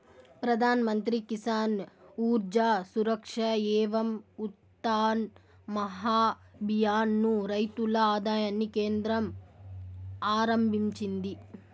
ప్రధాన్ మంత్రి కిసాన్ ఊర్జా సురక్ష ఏవం ఉత్థాన్ మహాభియాన్ ను రైతుల ఆదాయాన్ని కేంద్రం ఆరంభించింది